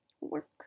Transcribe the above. work